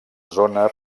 zona